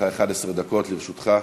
11 דקות לרשותך.